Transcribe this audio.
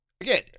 again